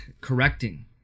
correcting